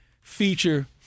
feature